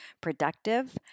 productive